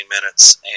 minutes